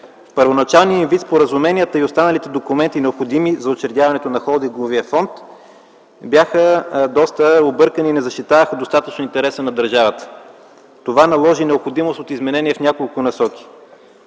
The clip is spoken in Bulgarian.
В първоначалния им вид споразуменията и останалите документи, необходими за учредяването на холдинговия фонд, бяха доста объркани и не защитаваха достатъчно интереса на държавата. Това наложи необходимост от изменение в няколко насоки.